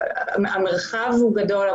המרחב הוא גדול,